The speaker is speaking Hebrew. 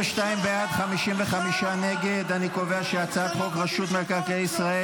ההצעה להעביר לוועדה את הצעת חוק רשות מקרקעי ישראל